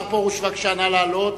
בבקשה לעלות.